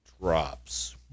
Drops